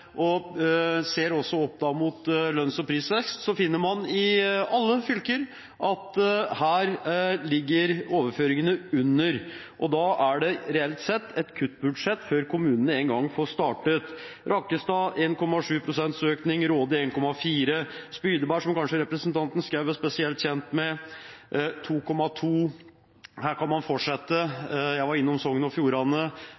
og ser dette opp mot lønns- og prisvekst, da finner man for alle fylker at overføringene ligger under. Da er det reelt sett et kuttbudsjett før kommunene engang får startet: Rakkestad: 1,7 pst. økning Råde: 1,4 pst. økning Spydeberg, som representanten Schou kanskje er spesielt kjent med: 2,2 pst. økning Her kan man